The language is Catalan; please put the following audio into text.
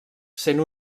sent